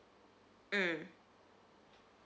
mm